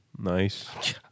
Nice